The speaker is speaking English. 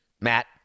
Matt